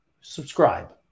Subscribe